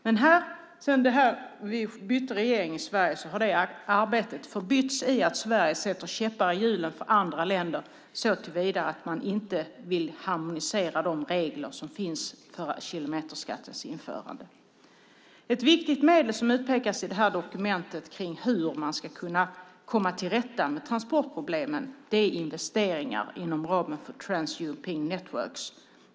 Men sedan vi bytte regering i Sverige har det arbetet förbytts i att Sverige sätter käppar i hjulen för andra länder såtillvida att man inte vill harmonisera de regler som finns för kilometerskattens införande. Ett viktigt medel som utpekas i det här dokumentet kring hur man ska kunna komma till rätta med transportproblemen är investeringar inom ramen för Trans-European Networks.